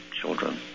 children